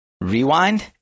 Rewind